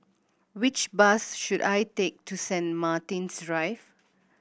which bus should I take to Saint Martin's Drive